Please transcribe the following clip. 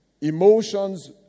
Emotions